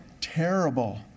Terrible